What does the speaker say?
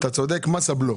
מס הבלו.